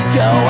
go